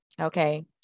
Okay